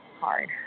Hard